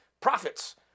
profits